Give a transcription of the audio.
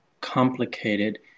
complicated